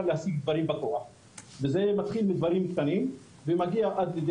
להשיג דברים בכוח וזה מתחיל מדברים קטנים ומגיע עד כדי